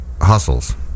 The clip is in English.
hustles